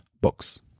books